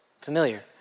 familiar